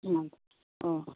ആ ഓ